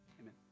Amen